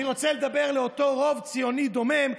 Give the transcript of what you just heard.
אני רוצה לדבר אל אותו רוב ציוני דומם,